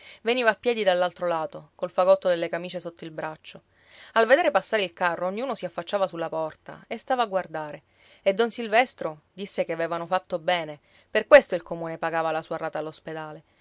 veniva a piedi dall'altro lato col fagotto delle camicie sotto il braccio al vedere passare il carro ognuno si affacciava sulla porta e stava a guardare e don silvestro disse che avevano fatto bene per questo il comune pagava la sua rata